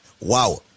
Wow